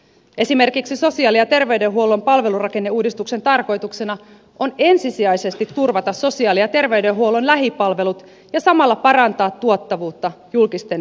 esimerkiksi sosiaali ja terveydenhuollon palvelurakenneuudistuksen tarkoituksena on ensisijaisesti turvata sosiaali ja terveydenhuollon lähipalvelut ja samalla parantaa tuottavuutta julkisten peruspalvelujen tuotannossa